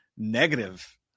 negative